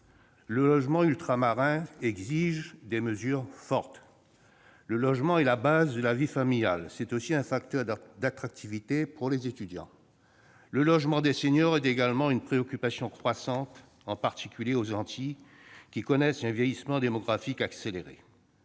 Le logement ultramarin exige des mesures fortes ! Le logement est la base de la vie familiale. C'est aussi un facteur d'attractivité pour les étudiants. Le logement des seniors est également une préoccupation croissante, en particulier aux Antilles, qui connaissent un vieillissement démographique accéléré.